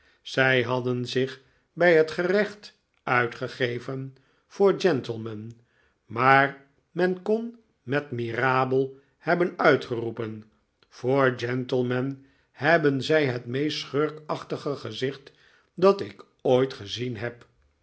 zij hadden zich bij het gerecht uitgegeven voor gentlemen maar men kon met mirabel hebben uitgeroepen voor gentlemen hebben zij het meest schurkachtige gezicht dat ik ooit gezien heb